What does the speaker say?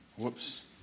Whoops